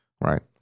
Right